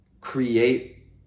create